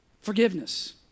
Forgiveness